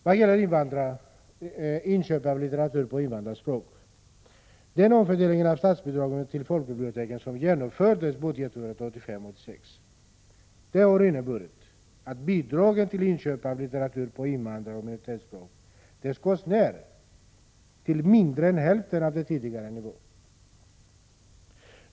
Vad gäller frågan om medel för inköp av litteratur på invandraroch minoritetsspråk kan sägas att den omfördelning av statsbidragen till folkbiblioteken som genomfördes budgetåret 1985/86 har inneburit att bidragen till inköp av litteratur för nämnda grupper skurits ned till mindre än hälften av den tidigare nivån.